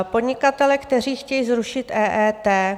Podnikatele, kteří chtějí zrušit EET?